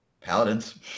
Paladins